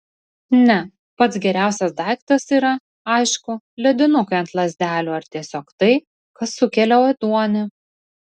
ne pats geriausias daiktas yra aišku ledinukai ant lazdelių ar tiesiog tai kas sukelia ėduonį